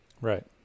right